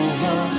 Over